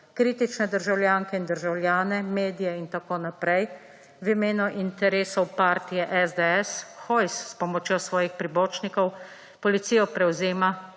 kritične državljanke in državljane, medije in tako naprej v imenu interesov partije SDS, Hojs s pomočjo svojih pribočnikov policijo prevzema